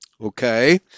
Okay